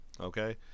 okay